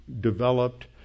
developed